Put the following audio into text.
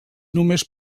només